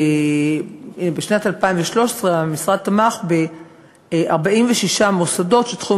בשנת 2013 המשרד תמך ב-46 מוסדות שתחום